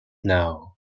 now